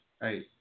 Hey